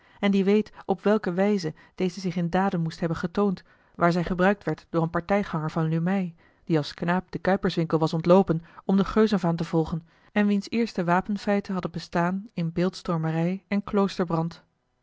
en die weet op welke wijze deze zich in daden moest hebben getoond waar zij gebruikt werd door een partijganger van lumey die als knaap den kuiperswinkel was ontloopen om de geuzenvaan te volgen en wiens eerste wapenfeiten hadden bestaan in beeldstormerij en